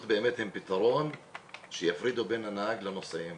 הן באמת פתרון שיפרידו בין הנהג לנוסעים.